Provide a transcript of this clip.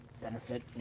benefit